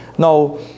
Now